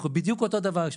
אנחנו בדיוק אותו דבר.